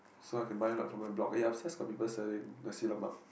so I can buy like for my blog eh upstairs got people selling Nasi-Lemak